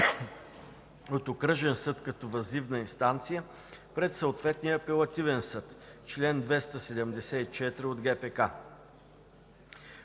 от окръжен съд като въззивна инстанция – пред съответния апелативен съд (чл. 274 от ГПК).